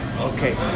okay